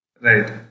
Right